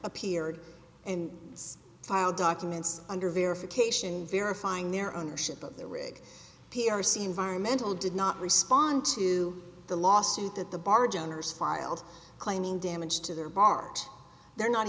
appeared and filed documents under verification verifying their ownership of the rig p r c environmental did not respond to the lawsuit that the barge owners filed claiming damage to their bart they're not